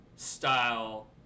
style